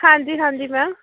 ਹਾਂਜੀ ਹਾਂਜੀ ਮੈਮ